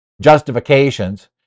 justifications